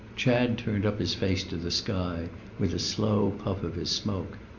chad turned up his face to the sky with a slow puff of his smoke.